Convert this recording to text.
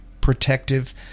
protective